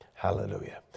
Hallelujah